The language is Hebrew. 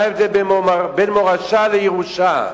מה ההבדל בין מורשה לירושה?